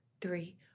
three